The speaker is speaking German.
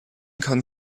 kann